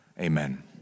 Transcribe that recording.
amen